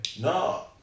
No